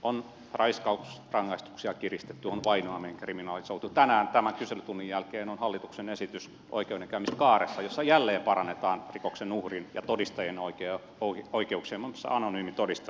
on raiskausrangaistuksia kiristetty on vainoaminen kriminalisoitu tänään tämän kyselytunnin jälkeen on hallituksen esitys oikeudenkäymiskaaresta jossa jälleen parannetaan rikoksen uhrin ja todistajan oikeuksia muun muassa anonyymitodistelun kanssa